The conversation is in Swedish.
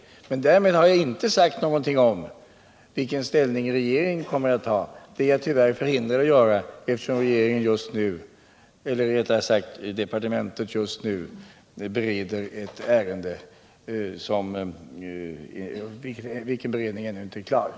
Däremot har jag inte sagt någonting om vilken ställning regeringen kommer att ta. Det är jag tyvärr förhindrad att göra, eftersom departementet just nu bereder framställningar i detta ärende, en beredning som alltså ännu inte är avslutad.